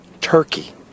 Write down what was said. Turkey